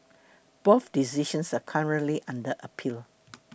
both decisions are currently under appeal